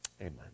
Amen